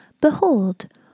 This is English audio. Behold